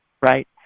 right